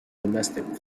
domestic